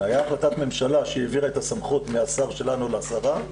הייתה החלטת ממשלה שהעבירה את הסמכות מהשר שלנו לשרה,